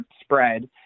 spread